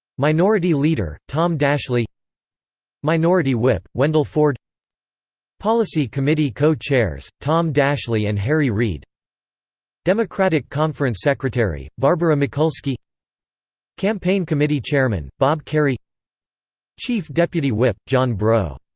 minority leader tom daschle minority whip wendell ford policy committee co-chairs tom daschle and harry reid democratic conference secretary barbara mikulski campaign committee chairman bob kerrey chief deputy whip john breaux